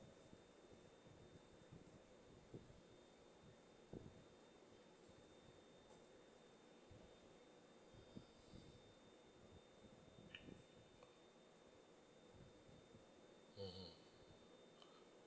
mmhmm